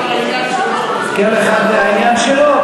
כל אחד והעניין שלו.